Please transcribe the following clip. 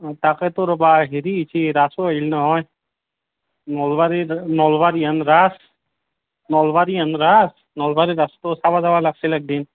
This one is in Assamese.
তাকেতো ৰ'বা হেৰি কি ৰাসো আহিল নহয় নলবাৰী নলবাৰী হেন ৰাস নলবাৰী হেন ৰাস নলবাৰীত আছোঁ চাব যাব লাগিছিল এদিন